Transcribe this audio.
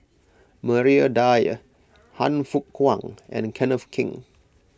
Maria Dyer Han Fook Kwang and Kenneth Keng